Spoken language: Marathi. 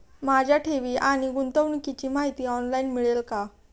माझ्या ठेवी आणि गुंतवणुकीची माहिती ऑनलाइन मिळेल का?